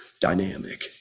dynamic